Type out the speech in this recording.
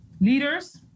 leaders